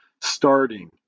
starting